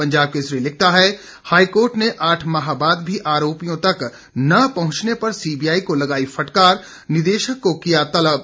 पंजाब केसरी लिखता है हाईकोर्ट ने आठ माह बाद भी आरोपियों तक न पहुंचने पर सीबीआई को लगाई फटकार निदेशक को किया तलब